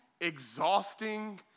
exhausting